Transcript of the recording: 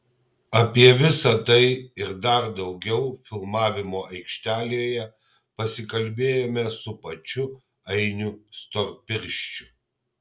apie visa tai ir dar daugiau filmavimo aikštelėje pasikalbėjome su pačiu ainiu storpirščiu